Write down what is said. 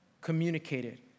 communicated